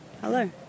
hello